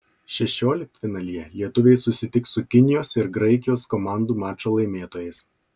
šešioliktfinalyje lietuviai susitiks su kinijos ir graikijos komandų mačo laimėtojais